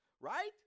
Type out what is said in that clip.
right